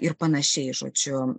ir panašiai žodžiu